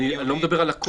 אני לא מדבר על הכול.